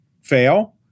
fail